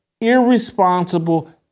irresponsible